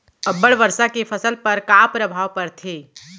अब्बड़ वर्षा के फसल पर का प्रभाव परथे?